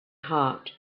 heart